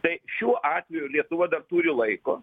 tai šiuo atveju lietuva dar turi laiko